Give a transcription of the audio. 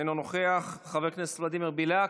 אינו נוכח, חבר הכנסת ולדימיר בליאק,